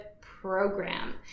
program